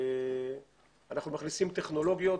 אנחנו מכניסים טכנולוגיות.